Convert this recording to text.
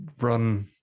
run